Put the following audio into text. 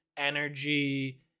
energy